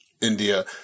India